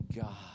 God